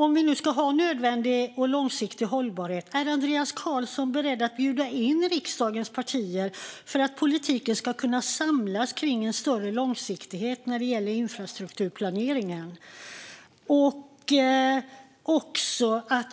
Om vi nu ska ha en nödvändig och långsiktig hållbarhet - är Andreas Carlson beredd att bjuda in riksdagens partier för att politiken ska kunna samlas kring en större långsiktighet när det gäller infrastrukturplaneringen? Och